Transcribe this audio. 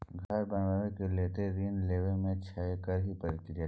घर बनबै के लेल ऋण लेबा के छै एकर की प्रक्रिया छै?